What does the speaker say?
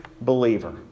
believer